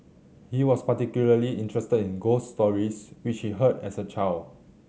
he was particularly interested in ghost stories which he heard as a child